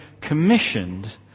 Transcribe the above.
commissioned